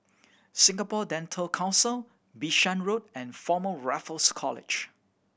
Singapore Dental Council Bishan Road and Former Raffles College